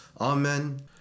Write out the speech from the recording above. Amen